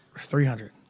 three hundred.